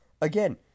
again